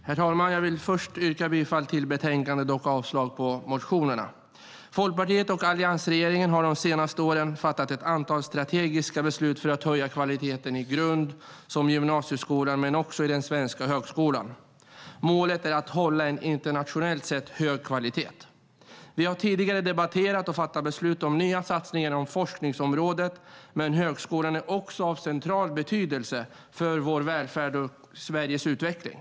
Herr talman! Jag vill först yrka bifall till förslaget i betänkandet och avslag på motionerna. Folkpartiet och alliansregeringen har de senaste åren fattat ett antal strategiska beslut för att höja kvaliteten i grund och gymnasieskolan men också i den svenska högskolan. Målet är att hålla en internationellt sett hög kvalitet. Vi har tidigare debatterat och fattat beslut om nya satsningar inom forskningsområdet, men högskolan är också av central betydelse för vår välfärd och Sveriges utveckling.